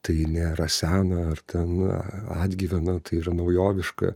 tai nėra sena ar ten atgyvena tai yra naujoviška